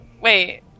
Wait